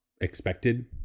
expected